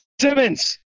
Simmons